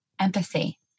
empathy